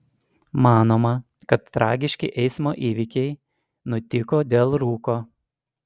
manoma kad tragiški eismo įvykiai nutiko dėl rūko